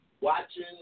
watching